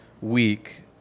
week